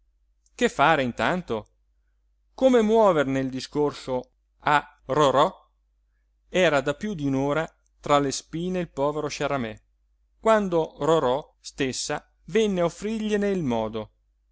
che fare intanto come muoverne il discorso a rorò era da piú di un'ora tra le spine il povero sciaramè quando rorò stessa venne a offrirgliene il modo